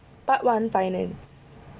part one finance